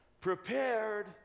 Prepared